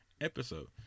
episode